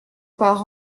par